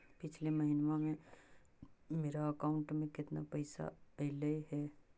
पिछले महिना में मेरा अकाउंट में केतना पैसा अइलेय हे?